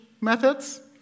methods